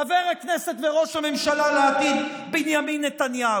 חבר הכנסת וראש הממשלה לעתיד בנימין נתניהו.